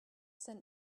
sent